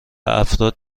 افراد